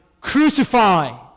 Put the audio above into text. Crucify